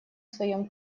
своем